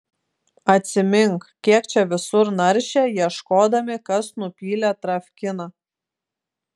atsimink kiek čia visur naršė ieškodami kas nupylė travkiną